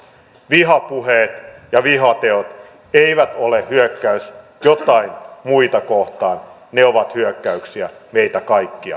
vihapuheet ja vihateot eivät ole hyökkäys joitain muita kohtaan ne ovat hyökkäyksiä meitä kaikkia kohtaan